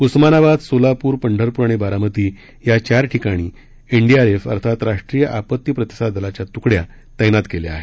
उस्मानाबाद सोलापूर पंढरपूर आणि बारामती या चार ठिकाणी एनडीआरफ अर्थात राष्ट्रीय आपत्ती प्रतिसाद दलाच्या तुकड्या तैन्यात केल्या आहेत